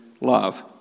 love